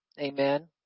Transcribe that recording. Amen